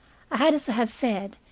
i had, as i have said,